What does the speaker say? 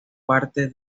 parte